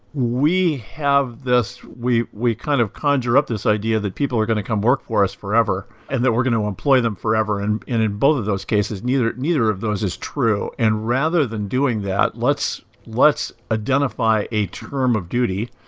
we have this we we kind of conjure up this idea that people are going to come work for us forever, and that we're going to employ them forever. and in in both of those cases, neither neither of those is true. true. and rather than doing that, let's let's identify a term of duty.